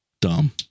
dumb